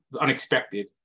unexpected